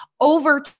over